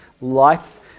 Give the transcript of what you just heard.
life